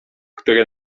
który